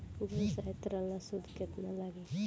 व्यवसाय ऋण ला सूद केतना लागी?